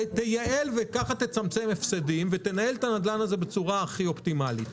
תייעל וכך תצמצם הפסדים ותנהל את הנדל"ן הזה בצורה הכי אופטימלית.